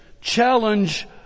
Challenge